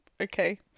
Okay